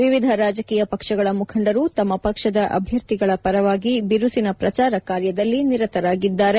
ವಿವಿಧ ರಾಜಕೀಯ ಪಕ್ಷಗಳ ಮುಖಂಡರು ತಮ್ಮ ಪಕ್ಷದ ಅಭ್ಯರ್ಥಿಗಳ ಪರವಾಗಿ ಬಿರುಸಿನ ಪ್ರಚಾರ ಕಾರ್ಯದಲ್ಲಿ ನಿರತರಾಗಿದ್ದಾರೆ